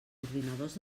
ordinadors